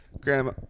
Grandma